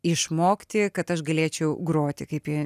išmokti kad aš galėčiau groti kaip ji